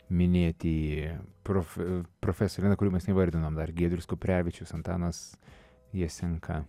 minėtieji prof profesoriai na kurių mes neįvardinom dar giedrius kuprevičius antanas jesenka